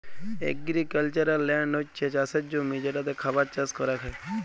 agricultural land হছ্যে চাসের জমি যেটাতে খাবার চাস করাক হ্যয়